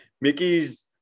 Mickey's